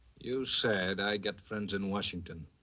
you said i got friends in washington.